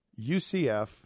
UCF